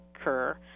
occur